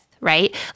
right